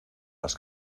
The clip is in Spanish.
las